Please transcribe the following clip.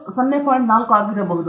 4 ಆಗಿರಬಹುದು